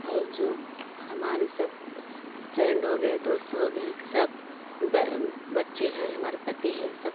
और जो हमारे सब फ्रेंड हो गए दोस्त हो गए सब बच्चे हैं हमारे पति हैं सबको